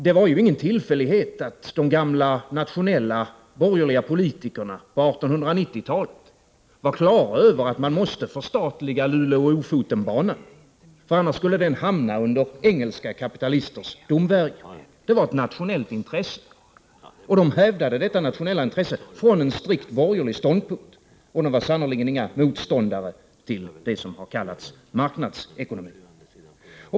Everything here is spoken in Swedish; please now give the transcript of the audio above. Det var ingen tillfällighet att de gamla nationella borgerliga politikerna på 1890-talet var på det klara med att man måste förstatliga Lofotenbanan — eftersom den annars skulle hamna under engelska kapitalisters domvärjo. Det var ett nationellt intresse, och de hävdade detta nationella intresse från en strikt borgerlig tanke — och de var sannerligen inga motståndare till det som har kallats marknadsekonomi.